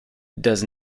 does